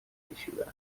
میشورن